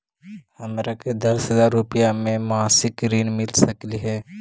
हमरा के दस हजार रुपया के मासिक ऋण मिल सकली हे?